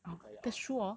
bao ka liao ah